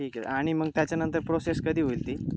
ठीक आहे आणि मग त्याच्यानंतर प्रोसेस कधी होईल ती